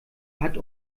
hat